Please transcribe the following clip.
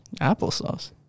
Applesauce